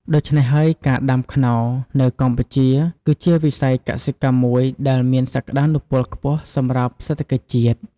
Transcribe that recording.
ដូច្នេះហើយ ការដាំខ្នុរនៅកម្ពុជាគឺជាវិស័យកសិកម្មមួយដែលមានសក្តានុពលខ្ពស់សម្រាប់សេដ្ឋកិច្ចជាតិ។